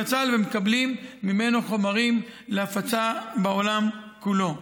צה"ל ומקבלים ממנו חומרים להפצה בעולם כולו.